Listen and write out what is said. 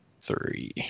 Three